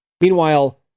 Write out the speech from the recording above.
Meanwhile